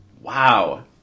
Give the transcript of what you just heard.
Wow